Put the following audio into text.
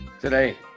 today